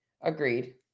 Agreed